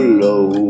low